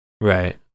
right